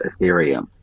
Ethereum